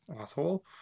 asshole